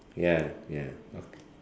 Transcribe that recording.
ya ya okay